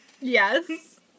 Yes